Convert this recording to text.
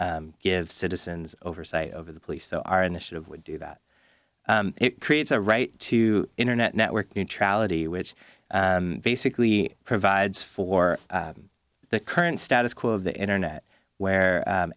give citizens oversight over the police so our initiative would do that it creates a right to internet network neutrality which basically provides for the current status quo of the internet where